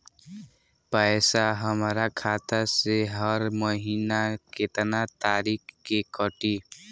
पैसा हमरा खाता से हर महीना केतना तारीक के कटी?